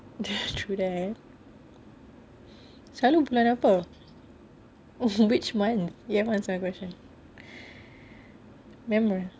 true that selalu bulan apa which month you haven't answer my question remember